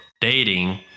dating